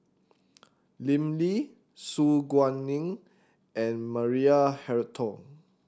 Lim Lee Su Guaning and Maria Hertogh